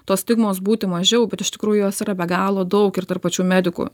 tos stigmos būti mažiau bet iš tikrųjų jos yra be galo daug ir tarp pačių medikų